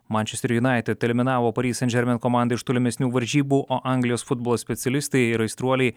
mančesterio united eliminavo pari sandžermen komandą iš tolimesnių varžybų o anglijos futbolo specialistai ir aistruoliai